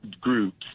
groups